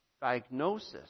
diagnosis